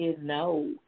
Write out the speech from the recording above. no